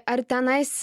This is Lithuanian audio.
ar tenais